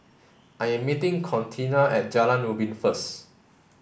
I am meeting Contina at Jalan Ubin first